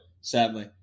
sadly